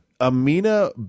Amina